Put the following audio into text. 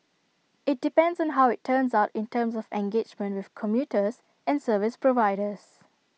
IT depends on how IT turns out in terms of engagement with commuters and service providers